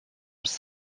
was